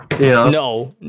No